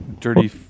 dirty